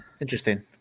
Interesting